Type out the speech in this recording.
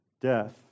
death